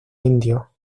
indio